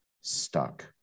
stuck